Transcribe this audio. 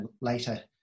later